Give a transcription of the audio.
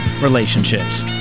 relationships